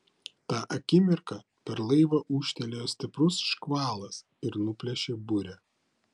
tą akimirką per laivą ūžtelėjo stiprus škvalas ir nuplėšė burę